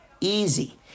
Easy